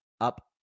up